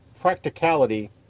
practicality